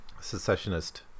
secessionist